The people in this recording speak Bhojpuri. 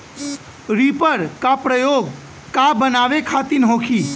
रिपर का प्रयोग का बनावे खातिन होखि?